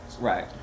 Right